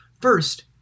First